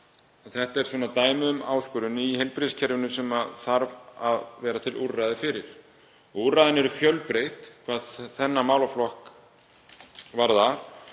Þetta er dæmi um áskorun í heilbrigðiskerfinu sem þarf að vera til úrræði fyrir. Úrræðin eru fjölbreytt hvað þennan málaflokk varðar